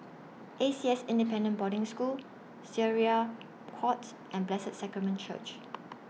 A C S Independent Boarding School Syariah Court and Blessed Sacrament Church